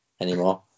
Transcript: anymore